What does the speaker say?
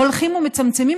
הולכים ומצמצמים,